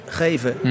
geven